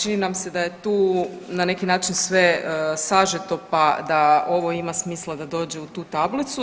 Čini nam se da je tu na neki način sve sažeto, pa da ovo ima smisla da dođe u tu tablicu.